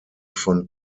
von